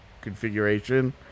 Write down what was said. configuration